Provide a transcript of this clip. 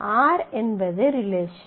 r என்பது relation